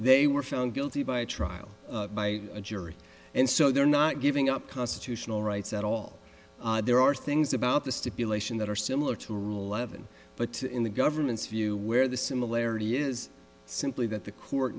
they were found guilty by a trial by a jury and so they're not giving up constitutional rights at all there are things about the stipulation that are similar to a rule eleven but in the government's view where the similarity is simply that the court